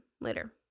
later